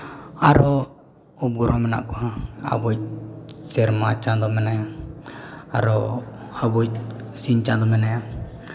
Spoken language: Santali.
ᱟᱨᱚ ᱩᱯᱚᱜᱨᱚᱦᱚ ᱢᱮᱱᱟᱜ ᱠᱚᱣᱟ ᱟᱵᱚᱭᱤᱡ ᱥᱮᱨᱢᱟ ᱪᱟᱸᱫᱳ ᱢᱮᱱᱟᱭᱟ ᱟᱨᱚ ᱟᱵᱚᱭᱤᱡ ᱥᱤᱧ ᱪᱟᱸᱫᱳ ᱢᱮᱱᱟᱭᱟ